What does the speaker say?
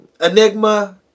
Enigma